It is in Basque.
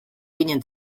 ginen